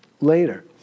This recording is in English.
later